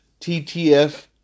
TTF